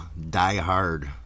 diehard